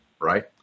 Right